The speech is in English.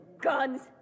guns